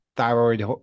Thyroid